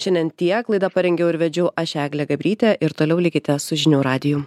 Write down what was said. šiandien tiek laidą parengiau ir vedžiau aš eglė gabrytė ir toliau likite su žinių radiju